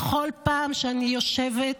בכל פעם שאני יושבת